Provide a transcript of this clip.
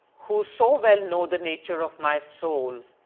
who so well know the nature of my soul,